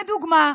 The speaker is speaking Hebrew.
לדוגמה,